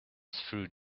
through